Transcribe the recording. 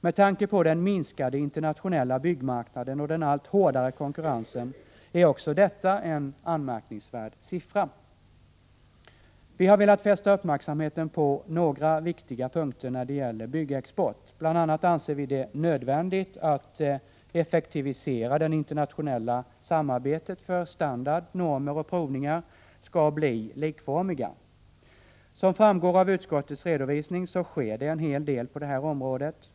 Med tanke på den minskade internationella byggmarknaden och den allt hårdare konkurrensen är också detta en anmärkningsvärd siffra. Vi har velat fästa uppmärksamheten på några viktiga punkter när det gäller byggexport. Bl. a. anser vi det nödvändigt att effektivisera det internationella samarbetet för att standard, normer och provningar skall bli likformiga. Som framgår av utskottets redovisning sker det en hel del på det här området.